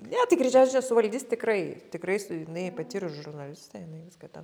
ne tai kryževičienė suvaldys tikrai tikrai su jinai patyrus žurnalistė jinai viską ten